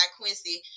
Quincy